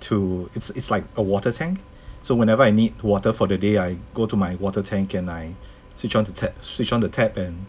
to it's it's like a water tank so whenever I need water for the day I go to my water tank and I switch on the ta~ switch on the tap and